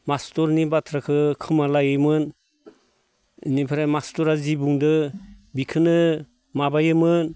मास्तारनि बाथ्राखौ खोमा लायोमोन बेनिफ्राय मास्तारा जि बुंदों बेखौनो माबायोमोन